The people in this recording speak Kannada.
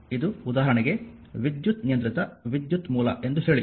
ಇದು ಉದಾಹರಣೆಗೆ ವಿದ್ಯುತ್ ನಿಯಂತ್ರಿತ ವಿದ್ಯುತ್ ಮೂಲ ಎಂದು ಹೇಳಿ